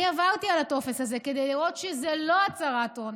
עברתי על הטופס הזה כדי לראות שזו לא הצהרת הון.